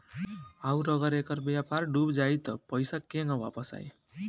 आउरु अगर ऐकर व्यापार डूब जाई त पइसा केंग वापस आई